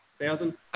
thousand